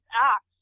acts